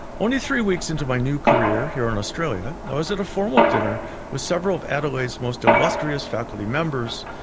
only three weeks into my new career here in australia i was at a formal dinner with several of adelaide's most illustrious faculty members,